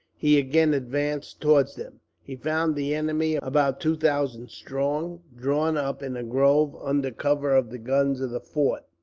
he again advanced towards them. he found the enemy about two thousand strong, drawn up in a grove under cover of the guns of the fort.